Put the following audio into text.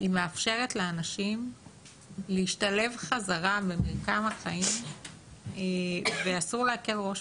מאפשרת לאנשים להשתלב חזרה במרקם החיים ואסור להקל בזה ראש,